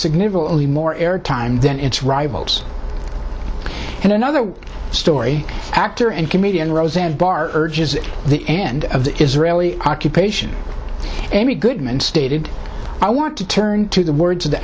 significantly more air time then its rivals and another story actor and comedian roseanne barr urges the end of the israeli occupation amy goodman stated i want to turn to the words